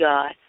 God